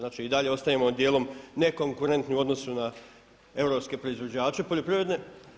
Znači i dalje ostajemo dijelom nekonkurentni u odnosu na europske proizvođače poljoprivredne.